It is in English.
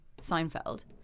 Seinfeld